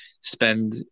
spend